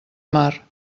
mar